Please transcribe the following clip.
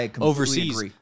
overseas